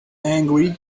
angry